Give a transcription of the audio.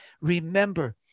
remember